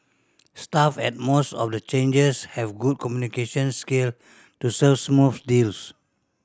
staff at most of the changers have good communication skill to serve smooth deals